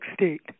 State